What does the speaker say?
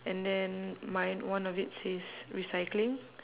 and then mine one of it says recycling